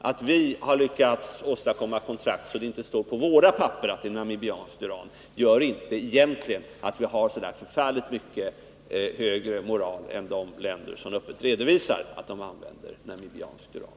Att vi har lyckats åstadkomma sådana kontrakt att det inte står på våra papper att det är namibiskt uran gör egentligen inte att vi har så förfärligt mycket högre moral än de länder som öppet redovisar att de använder namibiskt uran.